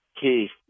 Keith